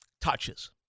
touches